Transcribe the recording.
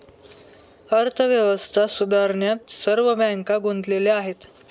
अर्थव्यवस्था सुधारण्यात सर्व बँका गुंतलेल्या आहेत